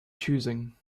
choosing